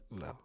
No